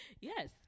Yes